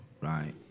right